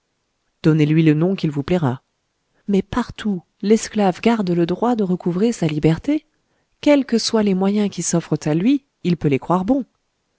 donnez-lui le nom qu'il vous plaira mais partout l'esclave garde le droit de recouvrer sa liberté quels que soient les moyens qui s'offrent à lui il peut les croire bons